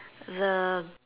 the